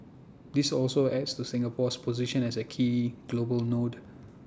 this also adds to Singapore's position as A key global node